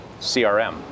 CRM